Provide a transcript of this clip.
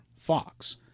Fox